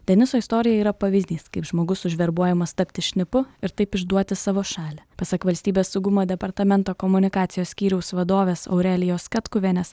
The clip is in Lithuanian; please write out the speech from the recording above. deniso istorija yra pavyzdys kaip žmogus užverbuojamas tapti šnipu ir taip išduoti savo šalį pasak valstybės saugumo departamento komunikacijos skyriaus vadovės aurelijos katkuvienės